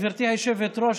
גברתי היושבת-ראש,